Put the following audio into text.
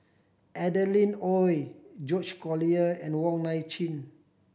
Adeline Ooi George Collyer and Wong Nai Chin